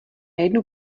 jednu